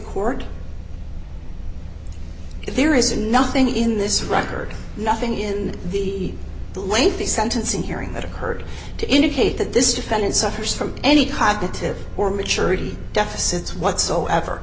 court there is nothing in this record nothing in the lengthy sentencing hearing that occurred to indicate that this defendant suffers from any cognitive or maturity deficits whatsoever